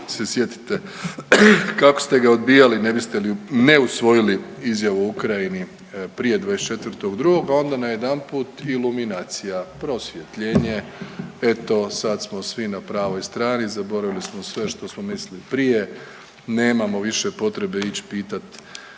se sjetite kako ste ga odbijali ne biste li ne usvojili izjavu o Ukrajini prije 23.2., a onda najedanput iluminacija, prosvjetljenje eto sad smo svi na pravoj strani zaboravili smo sve što smo mislili prije nemamo više potrebe ić pitat